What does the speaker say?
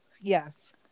Yes